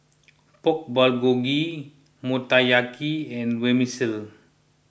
Pork Bulgogi Motoyaki and Vermicelli